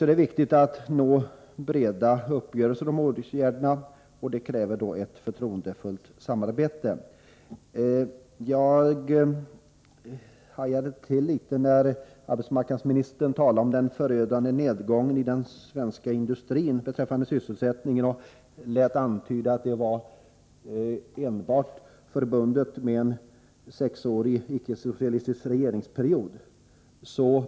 Det är viktigt att nå breda uppgörelser om åtgärderna, och det kräver ett förtroendefullt samarbete. Jag hajade till litet när arbetsmarknadsministern antydde att den förödande nedgången i sysselsättning inom den svenska industrin kom under den sexåriga icke-socialistiska regeringsperioden.